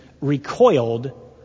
recoiled